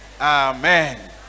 Amen